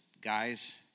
guys